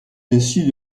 dessus